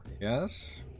Yes